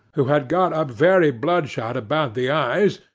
who had got up very blood-shot about the eyes,